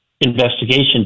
investigation